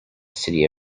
city